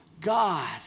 God